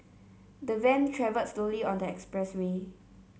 the Van travelled slowly on the expressway